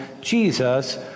Jesus